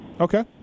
Okay